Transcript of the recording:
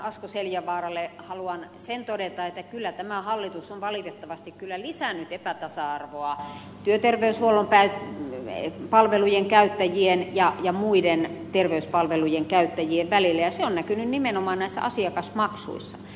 asko seljavaaralle haluan sen todeta että kyllä tämä hallitus on valitettavasti lisännyt epätasa arvoa työterveyshuollon palvelujen käyttäjien ja muiden terveyspalvelujen käyttäjien välillä ja se on näkynyt nimenomaan asiakasmaksuissa